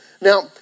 Now